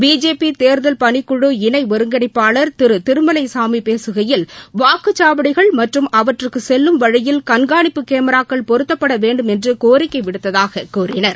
BJP தேர்தல் பணிக்குழு இணை ஒருங்கிணைப்பாளர் திரு திருமலைசாமி பேககையில் வாக்குச்சவாடிகள் மற்றும் அவற்றுக்கு செல்லும் வழியில் கண்காணிப்பு கேமிராக்கள் பொருத்தப்பட வேண்டும் என்று கோரிக்கை விடுத்ததாக கூறினார்